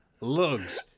Lugs